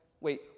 Wait